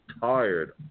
tired